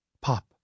Pop